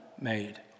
made